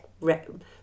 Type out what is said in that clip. red